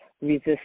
resist